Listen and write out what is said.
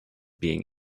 being